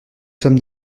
sommes